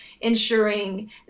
ensuring